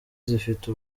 zifite